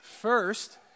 First